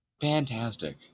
fantastic